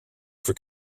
for